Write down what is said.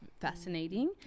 fascinating